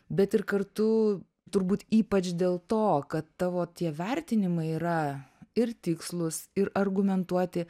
bet ir kartu turbūt ypač dėl to kad tavo tie vertinimai yra ir tikslūs ir argumentuoti